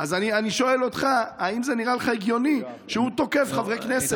אז אני שואל אותך: האם זה נראה לך הגיוני שהוא תוקף חברי כנסת?